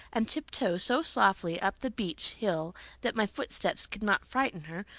and tiptoe so softly up the beech hill that my footsteps could not frighten her,